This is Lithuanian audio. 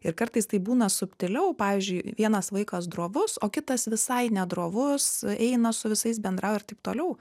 ir kartais tai būna subtiliau pavyzdžiui vienas vaikas drovus o kitas visai ne drovus eina su visais bendrauja ir taip toliau